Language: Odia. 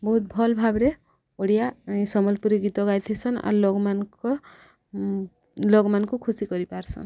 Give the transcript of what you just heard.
ବହୁତ ଭଲ୍ ଭାବରେ ଓଡ଼ିଆ ସମ୍ବଲପୁରୀ ଗୀତ ଗାଇଥିସନ୍ ଆର୍ ଲୋକମାନଙ୍କ ଲୋକମାନଙ୍କୁ ଖୁସି କରିପାର୍ସନ୍